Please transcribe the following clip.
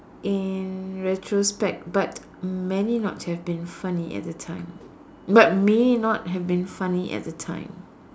in retrospect but many not have not been funny at the time but may not have been funny at the time